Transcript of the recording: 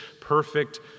perfect